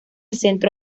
centro